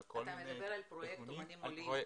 אתה מדבר על פרויקט אמנים עולים?